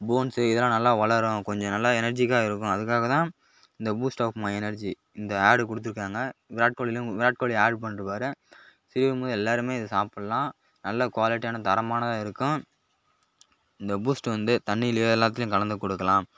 bones இதெல்லாம் நல்லா வளரும் கொஞ்சம் நல்லா எனர்ஜிக்கா இருக்கும் அதுக்காக தான் இந்த பூஸ்ட் ஆஃப் மை எனர்ஜி இந்த ஆட் கொடுத்துருக்காங்க விராட் கோலிலாம் விராட் கோலி ஆட் பண்ணியிருப்பாரு சிறியவங்க எல்லோருமே இதை சாப்புடலாம் நல்ல குவாலிட்டியான தரமானதாக இருக்கும் இந்த பூஸ்ட் வந்து தண்ணிலையோ எல்லாத்துலையும் கலந்து கொடுக்கலாம்